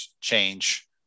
change